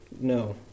No